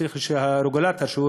וצריך שהרגולטור,